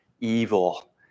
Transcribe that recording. evil